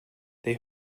they